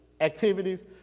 activities